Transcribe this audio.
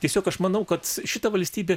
tiesiog aš manau kad šita valstybė